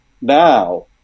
now